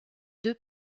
deux